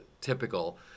typical